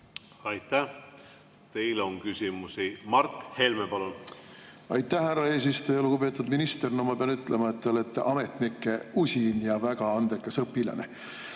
Aitäh! Teile on küsimusi. Mart Helme, palun! Aitäh, härra eesistuja! Lugupeetud minister! Ma pean ütlema, et te olete ametnike usin ja väga andekas õpilane,